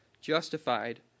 justified